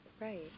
Right